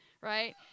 Right